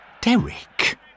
Derek